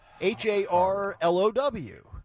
H-A-R-L-O-W